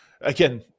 again